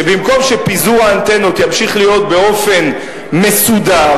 שבמקום שפיזור האנטנות ימשיך להיות באופן מסודר,